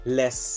less